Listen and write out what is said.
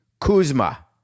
Kuzma